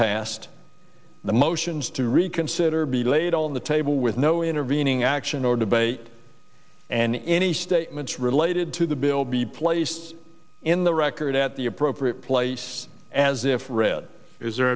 passed the motions to reconsider be laid on the table with no intervening action or debate and any statements related to the bill be placed in the record at the appropriate place as if read is the